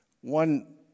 One